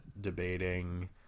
debating